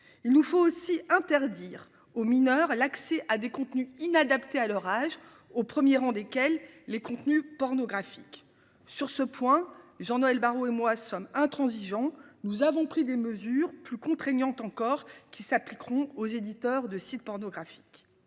il nous faut aussi interdire aux mineurs l'accès à des contenus inadaptés à leur âge, au 1er rang desquels les contenus pornographiques sur ce point. Jean-Noël Barrot et moi sommes intransigeants. Nous avons pris des mesures plus contraignantes encore qui s'appliqueront aux éditeurs de sites pornographiques.